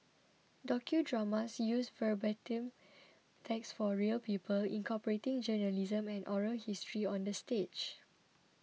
docudramas use verbatim text for real people incorporating journalism and oral history on the stage